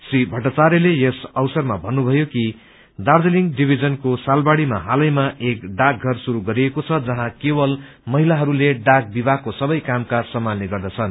श्री भट्टाचार्यले यस अवसरमा भन्नुभयो कि दार्जीलिङ डिभीजनको सालबाढीमा हालैमा एक डाकघर शुरू गरिएको छ जहाँ केवल महिलाहरूले डाक विभागको सबै कामकाज सम्भाल्ने गर्दछन्